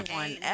one